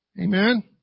Amen